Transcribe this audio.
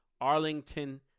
Arlington